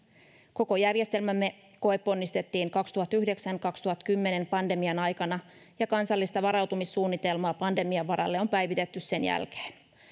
koko järjestelmämme koeponnistettiin vuosien kaksituhattayhdeksän viiva kaksituhattakymmenen pandemian aikana ja kansallista varautumissuunnitelmaa pandemian varalle on päivitetty sen jälkeen